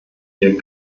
wir